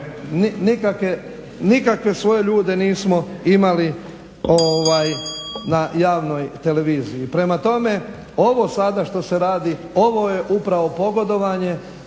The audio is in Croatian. Nikakve svoje ljude nismo imali na javnoj televiziji. Prema tome, ovo sada što se radi ovo je upravo pogodovanje